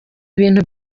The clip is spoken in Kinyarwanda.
ibintu